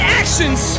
actions